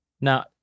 Now –